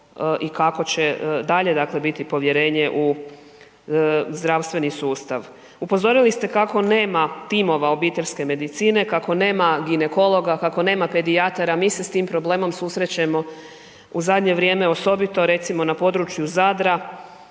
i kako će dalje dakle biti povjerenje u zdravstveni sustav. Upozorili ste kako nema timova obiteljske medicine, kako nema ginekologa, kako nema pedijatara, mi se s tim problemom susrećemo u zadnje vrijeme osobito recimo na području Zadra.